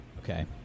Okay